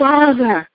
Father